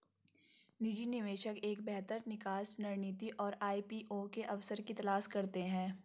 निजी निवेशक एक बेहतर निकास रणनीति और आई.पी.ओ के अवसर की तलाश करते हैं